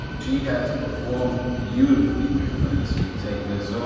she has performed beautifully, my friends. so we'll take this off,